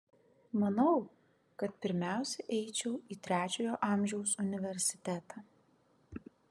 manau kad pirmiausia eičiau į trečiojo amžiaus universitetą